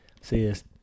says